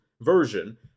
version